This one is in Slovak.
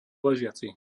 ležiaci